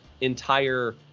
entire